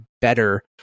better